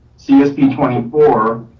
csp twenty four